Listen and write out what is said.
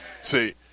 See